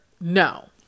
No